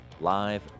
Live